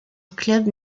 club